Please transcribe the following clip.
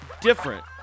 different